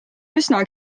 üsna